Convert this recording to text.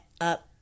up